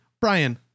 Brian